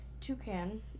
Toucan